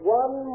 one